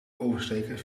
oversteken